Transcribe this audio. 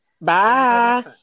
Bye